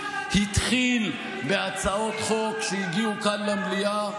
התחיל בהצעות חוק שהגיעו כאן למליאה,